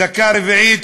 דקה רביעית,